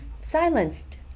silenced